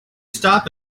stop